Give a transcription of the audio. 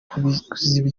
kuziba